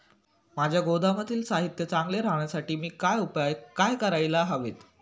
माझ्या गोदामातील साहित्य चांगले राहण्यासाठी मी काय उपाय काय करायला हवेत?